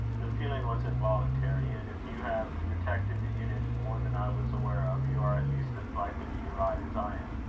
the feeling was involuntary and if you have detected in it more than i was aware of, you are at least as likely to be right as i am.